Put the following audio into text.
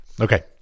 okay